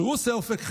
עושה אופק חדש,